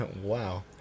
Wow